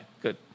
good